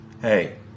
Hey